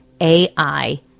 AI